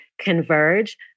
converge